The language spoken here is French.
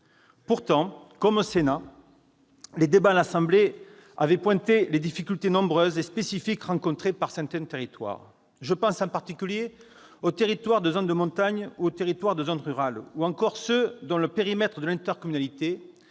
Pourtant, comme au Sénat, les débats à l'Assemblée nationale avaient pointé les difficultés nombreuses et spécifiques rencontrées dans certains territoires. Je pense en particulier aux zones de montagne ou aux zones rurales, ou encore à celles dont le périmètre de l'intercommunalité